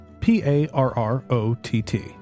P-A-R-R-O-T-T